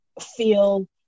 feel